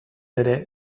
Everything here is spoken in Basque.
ere